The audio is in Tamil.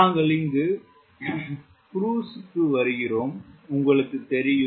நாங்கள் இங்கு குரூஸ் வருகிறோம் உங்களுக்குத் தெரியும்